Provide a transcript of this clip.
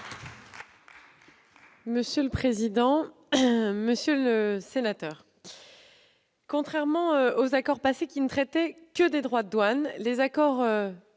la secrétaire d'État. Monsieur le sénateur, contrairement aux accords passés, qui ne traitaient que des droits de douane, les accords